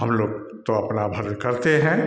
हमलोग तो अपना भर करते हैं